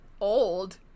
old